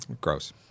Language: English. Gross